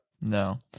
No